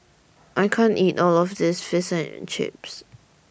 I can't eat All of This Fish and Chips